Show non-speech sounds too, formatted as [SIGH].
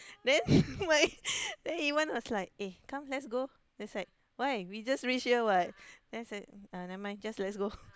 then [LAUGHS] my then Iwan was like eh come let's go then is like why we just reach here [what] uh then he say nevermind just let's go